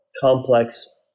complex